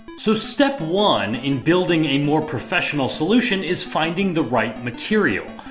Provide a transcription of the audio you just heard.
so step one in building a more professional solution is finding the right material.